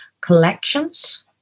collections